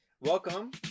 Welcome